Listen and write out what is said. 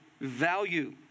value